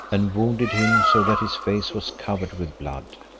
and wounded him so that his face was covered with blood.